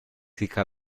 hija